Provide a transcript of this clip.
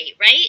right